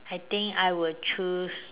I think I will choose